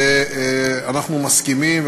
ואנחנו מסכימים,